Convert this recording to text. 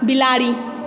बिलाड़ि